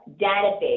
database